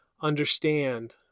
understand